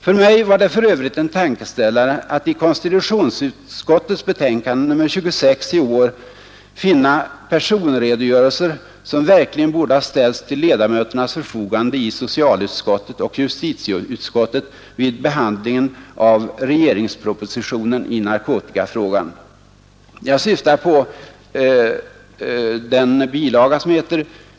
För mig var det för övrigt en tankeställare att i konstitutionsutskottets betänkande nr 26 i år finna personredogörelser som verkligen borde ha ställts till ledamöternas förfogande i socialutskottet och justitieutskottet vid behandlingen av regeringspropositionen i narkotikafrågan. Jag syftar på den sammanfattning på s.